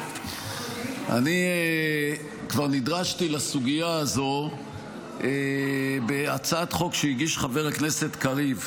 אני כבר נדרשתי לסוגיה הזו בהצעת חוק שהגיש חבר הכנסת קריב,